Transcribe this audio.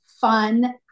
fun